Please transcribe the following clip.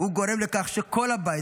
גורם לכך שכל הבית,